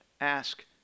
Ask